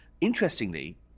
Interestingly